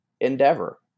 endeavor